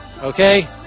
Okay